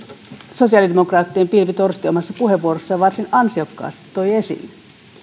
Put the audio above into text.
sosiaalidemokraattien pilvi torsti omassa puheenvuorossaan varsin ansiokkaasti toi esille